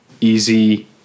easy